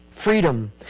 freedom